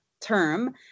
term